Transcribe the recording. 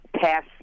pass